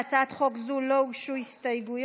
להצעת חוק זו לא הוגשו הסתייגויות.